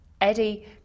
Eddie